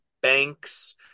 banks